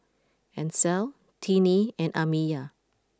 Ancel Tinnie and Amiyah